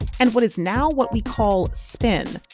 and what is now what we call spin.